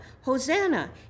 Hosanna